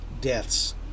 deaths